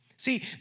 See